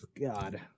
God